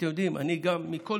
אתם יודעים, אני גם, מכל